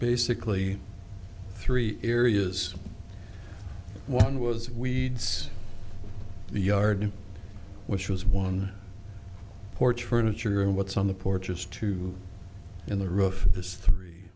basically three areas one was weeds the yard which was one porch furniture and what's on the porch is two in the